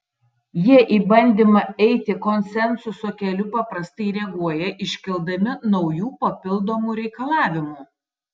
jie į bandymą eiti konsensuso keliu paprastai reaguoja iškeldami naujų papildomų reikalavimų